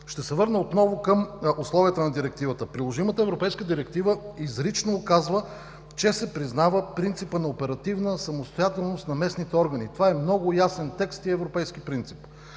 Ще се върна отново към условията на Директивата. Приложимата европейска директива изрично указва, че се признава принципът на оперативна самостоятелност на местните органи. Това е много ясен текст и европейски принцип.